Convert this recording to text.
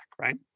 right